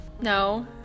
No